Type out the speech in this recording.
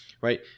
right